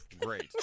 Great